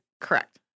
Correct